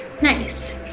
Nice